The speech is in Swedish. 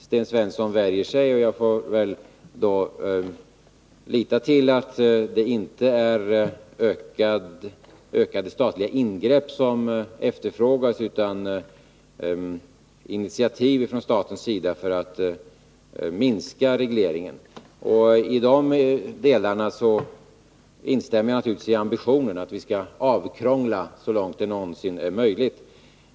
Sten Svensson värjer sig, och jag får väl då lita till att det inte är ökade statliga ingrepp som efterfrågas utan initiativ från statens sida för att minska regleringen. I de delarna instämmer jag naturligtvis i ambitionen att vi skall ”avkrångla” så långt det någonsin är möjligt.